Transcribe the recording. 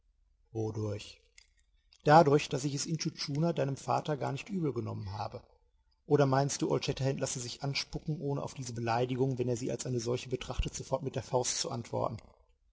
wodurch dadurch daß ich es intschu tschuna deinem vater gar nicht übelgenommen habe oder meinst du old shatterhand lasse sich anspucken ohne auf diese beleidigung wenn er sie als eine solche betrachtet sofort mit der faust zu antworten